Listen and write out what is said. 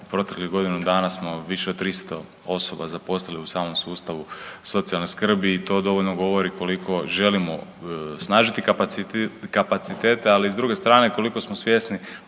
Proteklih godinu dana smo više od 300 osoba zaposlili u samom sustavu socijalne skrbi i to dovoljno govori koliko želimo osnažiti kapacitete, ali s druge strane koliko smo svjesni